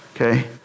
Okay